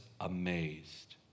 amazed